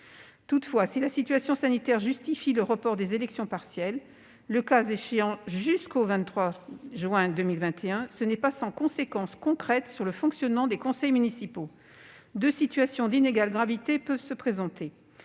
Toutefois, si la situation sanitaire justifie le report des élections partielles, le cas échéant jusqu'au 13 juin 2021, ce n'est pas sans conséquences concrètes sur le fonctionnement des conseils municipaux. Deux situations d'inégale gravité peuvent ainsi se présenter.